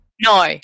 No